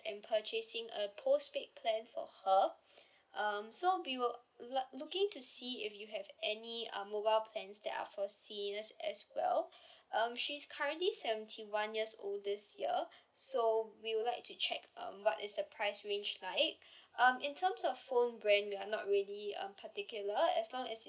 in purchasing a postpaid plan for her um so we were lo~ looking to see if you have any uh mobile plans that are for seniors as well um she's currently seventy one years old this year so we would like to check uh what is the price range like um in terms of phone brand we are not really um particular as long as